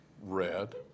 red